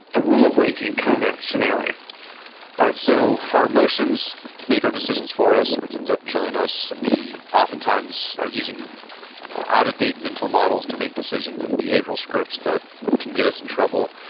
rule-breaking kind of scenario alright. so our emotions make our decisions for us which ends up killing us. we oftentimes are using out-of-date mental models to make decisions and behavioral scripts that can get us in trouble.